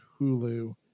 hulu